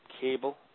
cable